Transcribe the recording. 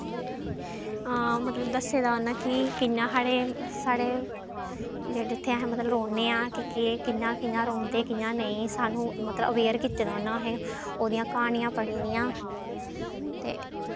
हां मतलब दस्से दा उ'नें कि कि'यां साढ़े साढ़े जेह्ड़े मतलब अस उत्थें रौह्न्ने आं कि'यां कि केह् कि'यां रौंह्दे कि'यां नेईं सानूं मतलब अवेयर कीते दा उ'नें असेंगी ओह्दियां क्हानियां पढ़ी दियां ते